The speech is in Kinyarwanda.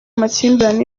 amakimbirane